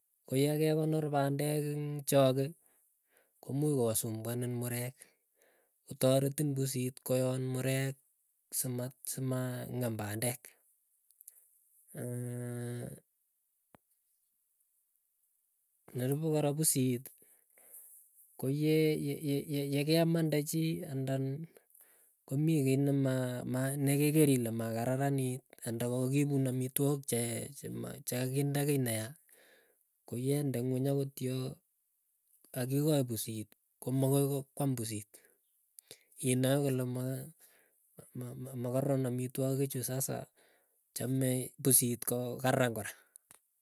Koyakekonor pandek eng choge komuuch kosumbuanin murek kotoretin pusit koyon murek simat simang'em pandek. nerupei kora pusiit koyeeye kemande chii andan komii kiiy nema nekeker ile makararanit anda kokakipun amityok che chekakinde kiiy neya koyende ingweny akot yoo akikochi pusiit komagoi, kwaam pusit inae kole maa makararon amitwogii chuu sasa chame pusit ko karan kora.